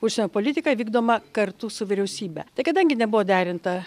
užsienio politika vykdoma kartu su vyriausybe kadangi nebuvo derinta